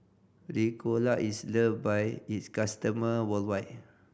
Ricola is loved by its customer worldwide